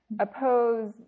Oppose